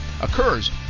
occurs